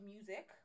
Music